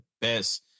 best